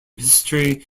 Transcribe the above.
history